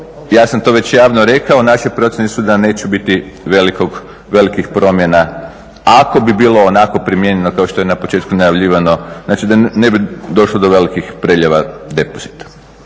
ja sam to već javno rekao naše procjene su da neće biti velikih promjena ako bi bilo onako primijenjeno kao što je na početku bilo najavljivano znači da ne bi došlo do velikih prelijeva depozita.